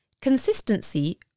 consistency